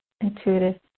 intuitive